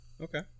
Okay